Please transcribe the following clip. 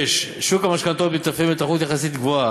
6. שוק המשכנתאות מתאפיין בתחרות יחסית גבוהה,